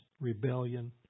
rebellion